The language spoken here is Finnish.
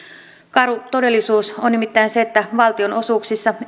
karu todellisuus on nimittäin se että valtionosuuksissa